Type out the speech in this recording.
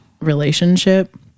relationship